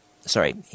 Sorry